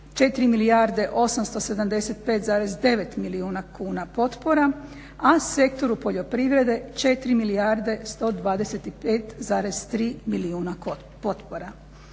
4 milijarde 875,9 milijuna kuna potpora, a sektoru poljoprivrede 4 milijarde 125,3 milijuna potpora.